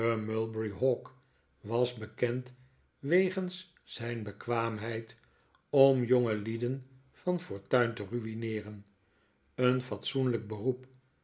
mulberry hawk was bekend wegens zijn bekwaamheid om jongelieden van fortuin te rui'neeren een fatsoenlijk beroep